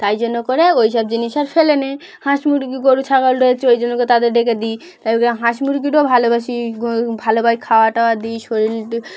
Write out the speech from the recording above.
তাই জন্য করে ওই সব জিনিস আর ফেলে নেয় হাঁস মুরগি গরু ছাগল রয়েছে ওই জন্যকে তাদের ডেকে দিই তাই হাঁস মুরগিটাও ভালোবাসি ভালোবাই খাওয়া টাওয়া দিই শরীল